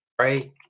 right